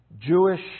Jewish